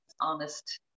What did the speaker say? honest